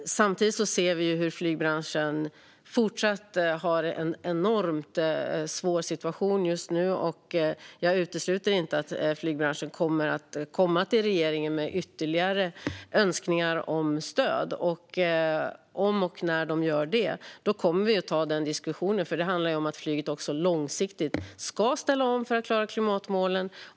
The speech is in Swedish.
Samtidigt ser vi hur flygbranschen har en enormt svår situation just nu, och jag utesluter inte att flygbranschen kommer att komma till regeringen med ytterligare önskningar om stöd. Om och när man gör det kommer vi att ta den diskussionen, för det handlar ju om att flyget även långsiktigt ska ställa om för att klara klimatmålen.